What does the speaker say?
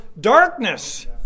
darkness